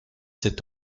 sept